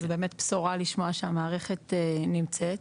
זו באמת בשורה לשמוע שהמערכת נמצאת,